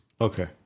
Okay